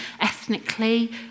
ethnically